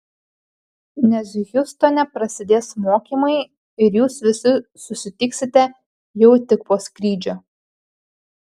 nes hjustone prasidės mokymai ir jūs visi susitiksite jau tik po skrydžio